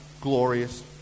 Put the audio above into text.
glorious